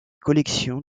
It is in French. collections